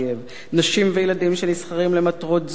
ואם לנשים וילדים שנסחרים למטרות זנות.